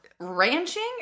Ranching